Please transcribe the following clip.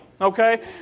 Okay